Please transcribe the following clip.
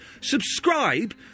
subscribe